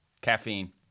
Caffeine